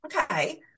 okay